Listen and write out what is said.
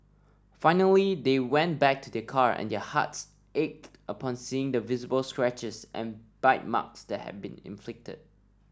finally they went back to their car and their hearts ached upon seeing the visible scratches and bite marks that had been inflicted